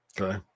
Okay